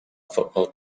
football